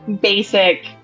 basic